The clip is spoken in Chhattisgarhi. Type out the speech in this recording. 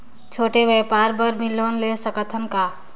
छोटे व्यापार बर भी लोन ले सकत हन का?